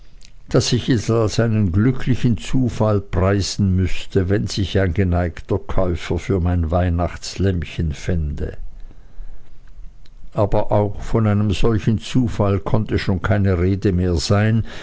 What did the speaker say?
daß ich es als einen glücklichen zufall preisen müßte wenn sich ein geneigter käufer für mein weihnachtslämmchen fände aber auch von einem solchen zufall konnte schon keine rede mehr sein